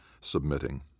submitting